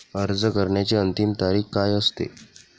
अर्ज करण्याची अंतिम तारीख काय असते?